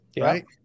Right